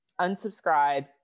unsubscribe